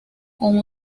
con